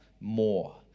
more